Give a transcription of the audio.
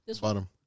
Bottom